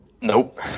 Nope